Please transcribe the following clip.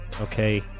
Okay